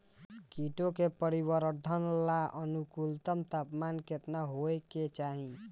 कीटो के परिवरर्धन ला अनुकूलतम तापमान केतना होए के चाही?